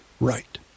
right